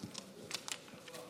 בכל